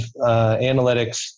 analytics